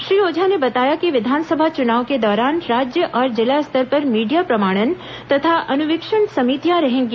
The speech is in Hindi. श्री ओझा ने बताया कि विधानसभा चुनाव के दौरान राज्य और जिला स्तर पर मीडिया प्रमाणन तथा अन्वीक्षण समितियां रहेंगी